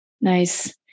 Nice